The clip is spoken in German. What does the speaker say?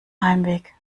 heimweg